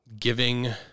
giving –